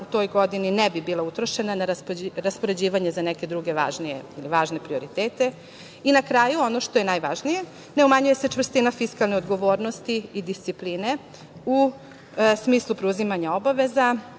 u toj godini ne bi bila utrošena za raspoređivanje za neke druge važnije ili važne prioritete. Na kraju, ono što je najvažnije, ne umanjuje se čvrstina fiskalne odgovornosti i discipline u smislu preuzimanja obaveza.